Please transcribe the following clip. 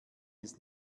ist